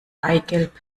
eigelb